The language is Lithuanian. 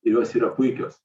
tai jos yra puikios